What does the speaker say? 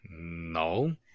No